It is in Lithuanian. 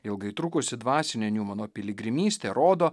ilgai trukusi dvasinė niumano piligrimystė rodo